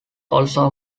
also